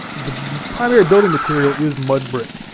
the primary building material is mud brick.